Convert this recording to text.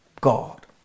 God